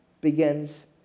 begins